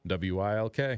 WILK